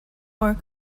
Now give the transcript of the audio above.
more